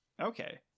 Okay